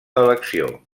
elecció